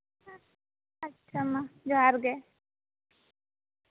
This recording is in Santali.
ᱟᱪᱪᱷᱟ ᱢᱟ ᱡᱚᱦᱟᱨᱜᱮ